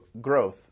growth